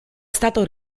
stato